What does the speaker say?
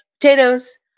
potatoes